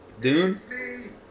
Dune